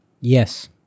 Yes